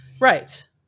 right